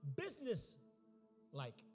business-like